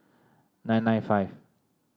nine nine five